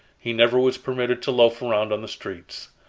he never was permitted to loaf around on the streets.